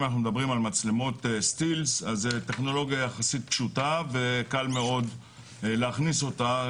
מצלמות סטילס זה טכנולוגיה יחסית פשוטה וקל מאוד להכניס אותה.